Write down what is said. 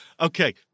Okay